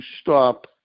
stop